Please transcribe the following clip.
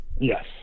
Yes